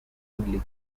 include